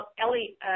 Ellie